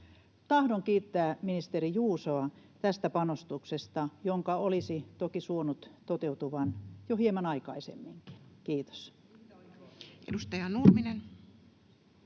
Tahdon kiittää ministeri Juusoa tästä panostuksesta, jonka olisi toki suonut toteutuvan jo hieman aikaisemminkin. — Kiitos. Edustaja Nurminen.